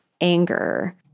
anger